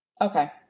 Okay